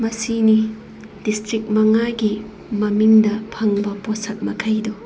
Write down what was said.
ꯃꯁꯤꯅꯤ ꯗꯤꯁꯇ꯭ꯔꯤꯛ ꯃꯉꯥꯒꯤ ꯃꯃꯤꯡꯗ ꯐꯪꯕ ꯄꯣꯠꯁꯛ ꯃꯈꯩꯗꯨ